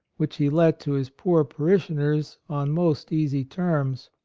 which he let to his poor parishioners on most easy terms.